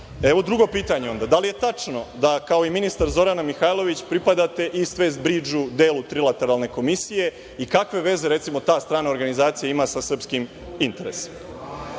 drugo pitanje onda. Da li je tačno da, kao i ministar Zorana Mihajlović, pripadate Istvest bridžu, delu Trilateralne komisije, i kakve veze, recimo, ta strana organizacija ima sa srpskim interesima?